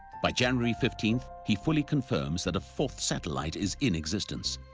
by january fifteenth, he fully confirms that a fourth satellite is in existence.